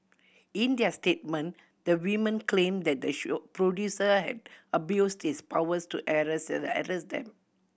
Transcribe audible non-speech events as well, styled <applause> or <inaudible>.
in their statement the women claim that the <unintelligible> producer had abused his powers to harass harass them